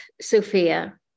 Sophia